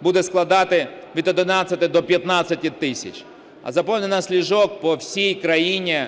буде складати від 11 до 15 тисяч, а заповненість ліжок по всій країні,